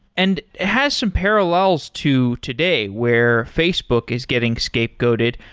and has some parallels to today, where facebook is getting scapegoated,